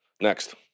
Next